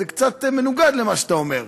זה קצת מנוגד למה שאתה אומר.